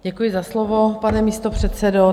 Děkuji za slovo, pane místopředsedo.